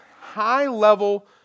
high-level